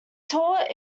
taught